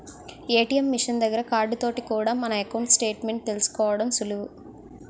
ATM machine దగ్గర card తోటి కూడా మన ఎకౌంటు స్టేట్ మెంట్ తీసుకోవడం సులువు